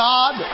God